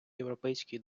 європейський